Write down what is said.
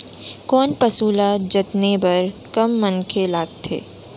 कोन पसु ल जतने बर कम मनखे लागथे?